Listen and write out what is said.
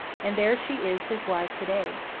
and there she is his wife to-day.